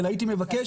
אלא הייתי מבקש.